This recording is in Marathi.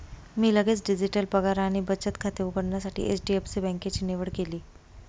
मी लगेच डिजिटल पगार आणि बचत खाते उघडण्यासाठी एच.डी.एफ.सी बँकेची निवड केली